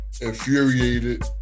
infuriated